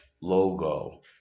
logo